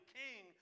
king